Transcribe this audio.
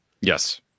Yes